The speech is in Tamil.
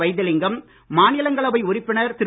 வைத்திலிங்கம் மாநிலங்களவை உறுப்பினர் திரு